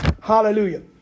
Hallelujah